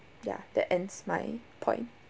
ya the ends my point